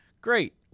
Great